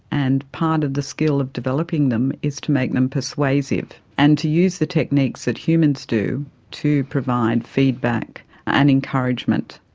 and part of the skill of developing them is to make them persuasive and to use the techniques that humans do to provide feedback and encouragement.